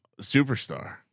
superstar